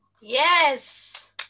Yes